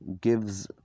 gives